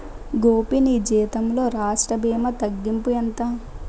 గోపీ నీ జీతంలో రాష్ట్ర భీమా తగ్గింపు ఎంత